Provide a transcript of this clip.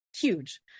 Huge